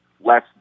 less